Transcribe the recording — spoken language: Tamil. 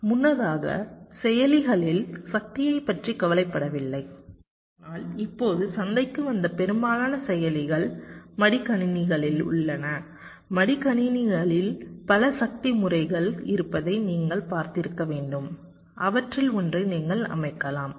முன்னதாக செயலிகளில் சக்தியை பற்றி கவலைப்படவில்லை ஆனால் இப்போது சந்தைக்கு வந்த பெரும்பாலான செயலிகள் மடிக்கணினிகளில் உள்ளன மடிக்கணினியில் பல சக்தி முறைகள் இருப்பதை நீங்கள் பார்த்திருக்க வேண்டும் அவற்றில் ஒன்றை நீங்கள் அமைக்கலாம்